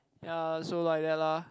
ya so like that lah